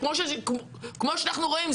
כמו שאנחנו רואים,